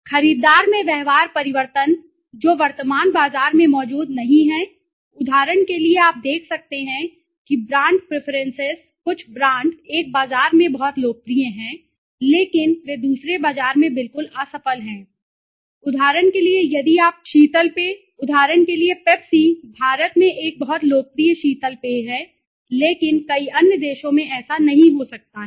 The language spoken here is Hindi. खरीदार में व्यवहार परिवर्तन जो वर्तमान बाजार में मौजूद नहीं है उदाहरण के लिए आप देख सकते हैं कि ब्रांड प्रीफरेन्सेस कुछ ब्रांड एक बाजार में बहुत लोकप्रिय हैं लेकिन वे दूसरे बाजार में बिल्कुल असफल हैं उदाहरण के लिए यदि आप कई हैं शीतल पेय उदाहरण के लिए पेप्सी भारत में एक बहुत लोकप्रिय शीतल पेय है लेकिन कई अन्य देशों में ऐसा नहीं हो सकता है